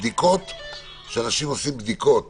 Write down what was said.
שאנשים עושים בדיקות